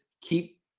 keep